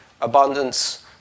abundance